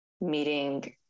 meeting